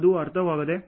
ಅದು ಅರ್ಥವಾಗಿದೆ